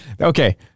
okay